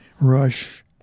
rush